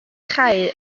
chau